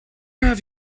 have